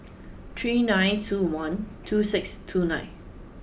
three nine two one two six two nine